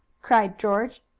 cried george,